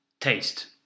taste